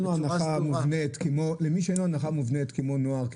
הנחה מובנית כמו נוער,